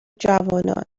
جوانان